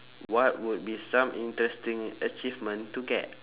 what would be some interesting achievement to get